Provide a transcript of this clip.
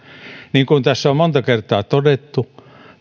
niin kuin tässä on monta kertaa todettu